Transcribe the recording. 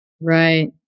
Right